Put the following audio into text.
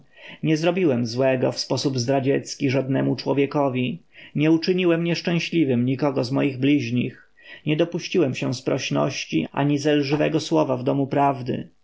nie zrobiłem złego w sposób zdradziecki żadnemu człowiekowi nie uczyniłem nieszczęśliwym nikogo z moich bliźnich nie dopuściłem się sprośności ani zelżywego słowa w domu prawdy